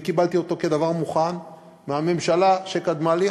אני קיבלתי אותו כדבר מוכן מהממשלה שקדמה לי,